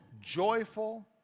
joyful